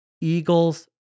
Eagles